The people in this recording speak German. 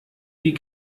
wie